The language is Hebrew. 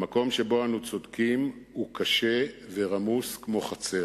המקום שבו אנו צודקים הוא קשה ורמוס כמו חצר.